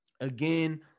again